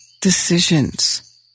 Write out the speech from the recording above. decisions